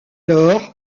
lors